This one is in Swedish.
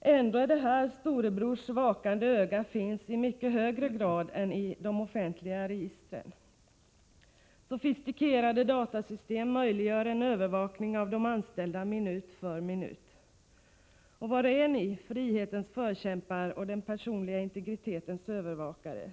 Ändå är det här som storebrors vakande öga finns i mycket högre grad än i de offentliga registren. Sofistikerade datasystem möjliggör en övervakning av de anställda minut för minut. Och var är ni, frihetens förkämpar och den personliga integritetens övervakare?